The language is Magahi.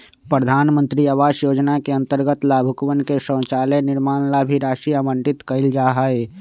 प्रधान मंत्री आवास योजना के अंतर्गत लाभुकवन के शौचालय निर्माण ला भी राशि आवंटित कइल जाहई